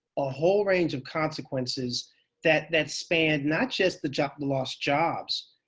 a whole range of consequences that that span not just the just the lost jobs,